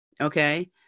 Okay